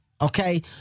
okay